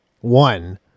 one